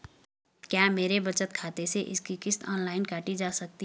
क्या मेरे बचत खाते से इसकी किश्त ऑनलाइन काटी जा सकती है?